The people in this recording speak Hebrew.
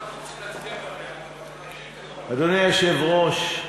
אדוני היושב-ראש,